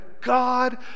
God